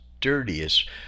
dirtiest